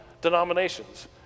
denominations